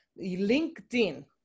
LinkedIn